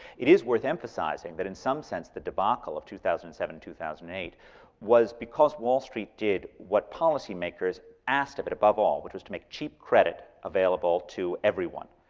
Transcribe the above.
it is worth emphasizing that in some sense the debacle of two thousand and seven, two thousand and eight was because wall street did what policy makers asked of it above all, which was to make cheap credit available to everyone,